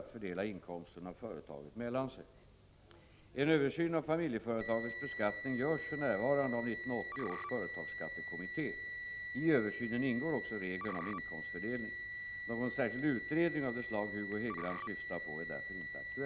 Med anledning härav vill jag fråga: Är finansministern beredd att låta utreda i vilken utsträckning tolkningen av lagstiftningen rörande ledningsfunktioner i fåmansbolag-familjeföretag i praktiken leder till en diskriminering av kvinnor, verksamma inom denna typ av företag?